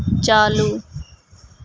چالو